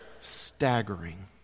staggering